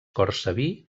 cortsaví